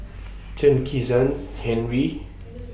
Chen Kezhan Henri